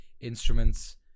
instruments